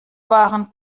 waren